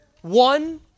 one